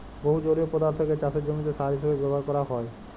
বহু জলীয় পদার্থকে চাসের জমিতে সার হিসেবে ব্যবহার করাক যায়